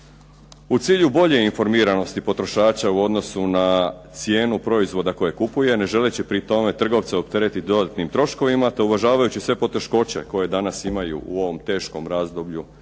U cilju bolje informiranosti potrošača u odnosu na cijenu proizvoda kojeg kupuje, ne želeći pritome trgovce opteretiti dodatnim troškovima te uvažavajući sve poteškoće koje danas imaju u ovom teškom razdoblju